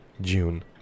June